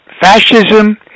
fascism